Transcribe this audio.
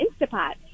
Instapot